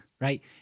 right